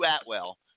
Atwell